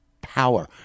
power